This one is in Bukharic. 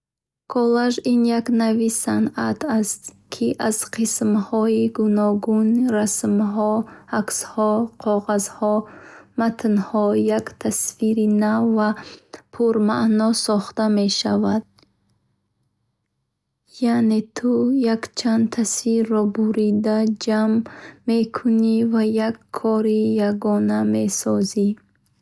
Коллаж чист ва чӣ гуна сохта мешавад? Коллаж ин як навъи санъат аст, ки аз қисмҳои гуногун расмҳо, аксҳо, коғазҳо, матнҳо як тасвири нав ва пурмаъно сохта мешавад. Яъне ту якчанд тасвирро бурида, ҷамъ мекунӣ ва як кори ягона месозӣ!